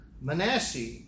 Manasseh